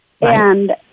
and-